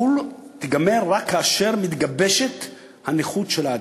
תיגמר רק כאשר מתגבשת הנכות של האדם,